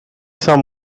some